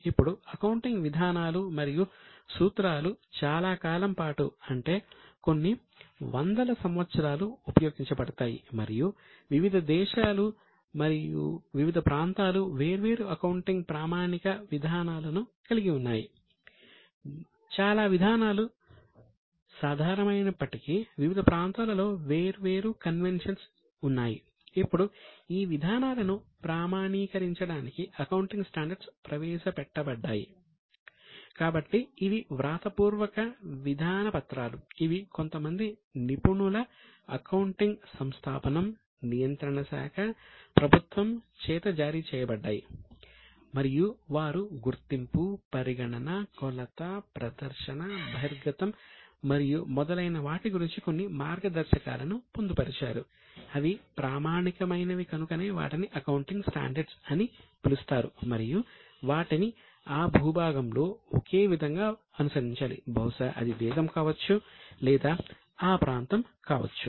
ఇప్పుడు accounting standards అని పిలుస్తారు మరియు వాటిని ఆ భూభాగంలో ఒకే విధంగా అనుసరించాలి బహుశా అది దేశం కావచ్చు లేదా ఆ ప్రాంతం కావచ్చు